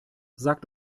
sagt